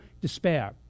despair